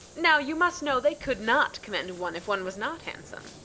now you must know they could not commend one if one was not handsome.